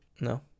No